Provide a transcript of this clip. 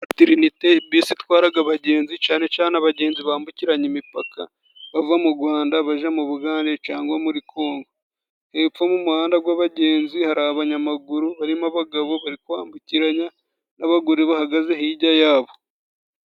Tirinite bisi itwaraga abagenzi, cane cane abagenzi bambukiranya imipaka, bava mu Gwanda baja mu Bugande cangwa muri Kongo. Hepfo mu muhanda gw'abagenzi, hari abanyamaguru barimo abagabo bari kwambukiranya, n'abagore bahagaze hijya yabo.